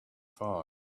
find